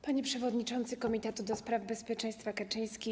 Panie Przewodniczący Komitetu ds. Bezpieczeństwa Kaczyński!